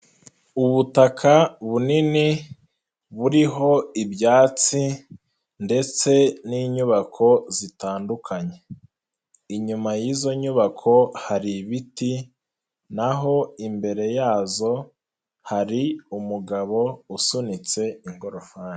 Ubutaka bunini buriho ibyatsi ndetse n'inyubako zitandukanye. Inyuma y'izo nyubako hari ibiti naho imbere yazo, hari umugabo usunitse ingofani.